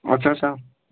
اچھا اچھا